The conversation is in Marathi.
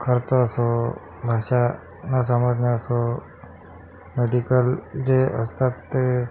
खर्च असो भाषा न समजणे असो मेडिकल जे असतात ते